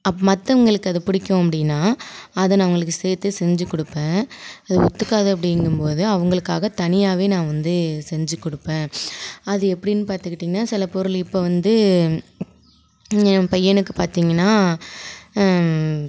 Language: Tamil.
மற்றவங்களுக்கு அது பிடிக்கும் அப்படீன்னா அதை நான் அவங்களுக்கு சேர்த்தே செஞ்சு கொடுப்பேன் அது ஒத்துக்காது அப்படிங்கும் போது அவர்களுக்காக தனியாகவே நான் வந்து செஞ்சு கொடுப்பேன் அது எப்படின்னு பார்த்துக்கிட்டிங்கன்னா சில பொருள் இப்போ வந்து என் பையனுக்கு பார்த்திங்கனா